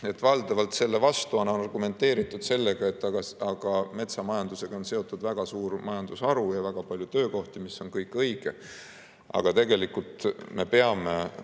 Valdavalt on selle vastu argumenteeritud sellega, et aga metsamajandusega on seotud väga suur majandusharu ja väga palju töökohti, mis on kõik õige. Aga me peame